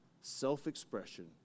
self-expression